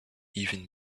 even